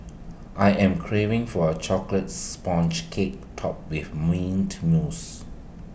I am craving for A Chocolate Sponge Cake Topped with Mint Mousse